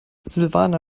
silvana